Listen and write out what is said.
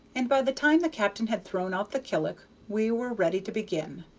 and by the time the captain had thrown out the killick we were ready to begin,